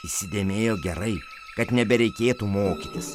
įsidėmėjo gerai kad nebereikėtų mokytis